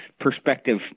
perspective